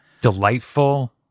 delightful